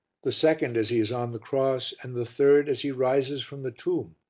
the second as he is on the cross and the third as he rises from the tomb,